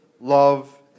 love